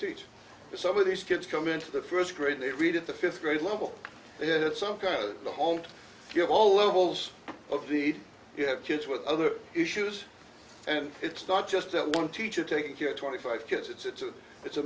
teach some of these kids come into the first grade they redid the fifth grade level they had some kind of the home to give all levels of the you have kids with other issues and it's not just one teacher taking care of twenty five kids it's a it's a